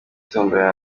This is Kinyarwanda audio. tombola